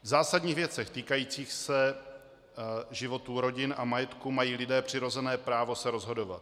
V zásadních věcech týkajících se životů rodin a majetků mají lidé přirozené právo se rozhodovat.